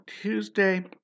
Tuesday